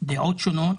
דעות שונות,